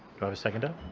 a seconder?